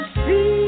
see